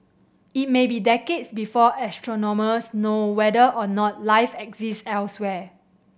it may be decades before astronomers know whether or not life exist elsewhere